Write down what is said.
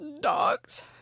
Dogs